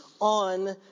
on